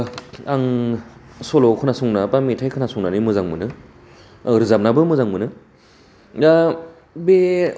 आं सल' खोनासंना बा मेथाइ खोनासंना मोजां मोनो रोजाबनोबो मोजां मोनो बे